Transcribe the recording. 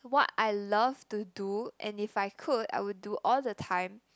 what I love to do and if I could I would do all the time